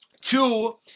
two